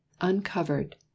uncovered